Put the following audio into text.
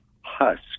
husk